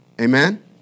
Amen